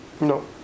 No